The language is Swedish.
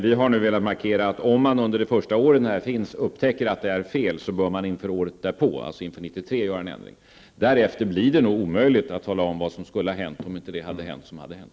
Vi har velat markera att om man under det första året upptäcker en påtaglig avvikelse, bör man inför året därpå -- alltså inför 1993 -- vidta en förändring. Det är omöjligt att säga vad som sedan skulle hända om det som hände inte hade hänt.